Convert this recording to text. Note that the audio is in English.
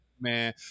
man